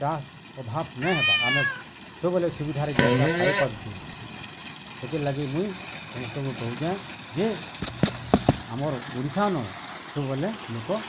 ଚାଷ ଅଭାବ ନାଇଁ ହେବା ଆମେ ସବୁବେଲେ ସୁବିଧାରେ ଜିନିଷ୍ଟା ପାଇଁ ପାରୁଚୁଁ ସେଥିର୍ଲାଗି ମୁଇଁ ସମସ୍ତଙ୍କୁ କହୁଛେ ଯେ ଆମର୍ ଓଡ଼ିଶା ନ ସବୁବେଲେ ଲୋକ